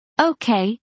Okay